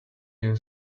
you